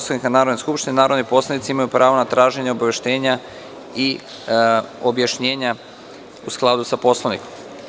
Poslovnika Narodne skupštine, narodni poslanici imaju pravo na traženje obaveštenja i objašnjenja u skladu sa Poslovnikom.